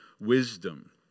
wisdom